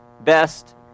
best